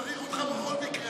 הוא צריך אותך בכל מקרה,